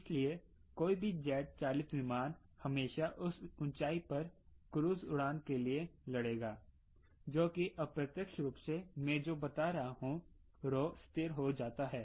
इसलिए कोई भी जेट चालित विमान हमेशा उस ऊंचाई पर क्रूज़ उड़ान के लिए लड़ेगा जो कि अप्रत्यक्ष रूप से मैं जो बता रहा हूँ rho स्थिर हो जाता है